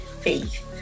faith